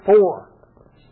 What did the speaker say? four